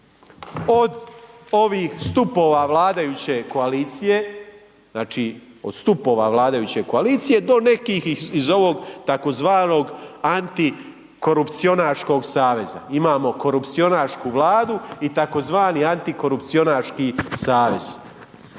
Od ovih stupova vladajuće koalicije znači od stupova vladajuće koalicije do nekih iz ovog tzv. antikorupcionaškog saveza. Imamo korupcionašku vladu i tzv. antikorupcionaški savez,